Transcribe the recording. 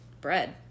bread